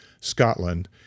Scotland